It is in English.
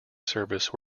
service